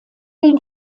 den